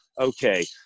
okay